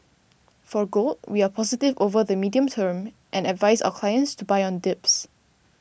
for gold we are positive over the medium term and advise our clients to buy on dips